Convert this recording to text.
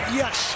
yes